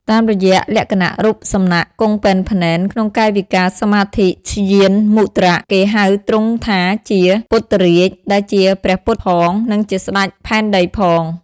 តាមរយៈលក្ខណៈរូបសំណាកគង់ពែនភ្នែនក្នុងកាយវិការសមាធិ (ធ្យានមុទ្រៈ) គេហៅទ្រង់ថាជា ពុទ្ធរាជ ដែលជាព្រះពុទ្ធផង និងជាស្តេចផែនដីផង។